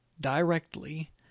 directly